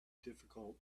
difficult